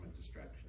distraction